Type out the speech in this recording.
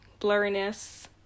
blurriness